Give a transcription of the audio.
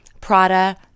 Prada